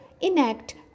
enact